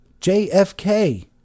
JFK